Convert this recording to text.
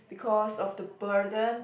because of the burden